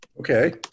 Okay